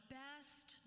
best